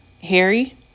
Harry